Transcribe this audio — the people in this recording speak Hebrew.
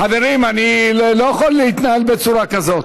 חברים, אני לא יכול להתנהל בצורה כזאת.